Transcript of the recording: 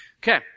Okay